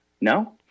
No